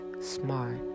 smart